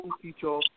future